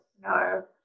no